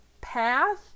path